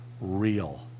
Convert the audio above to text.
real